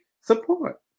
support